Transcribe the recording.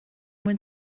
mwyn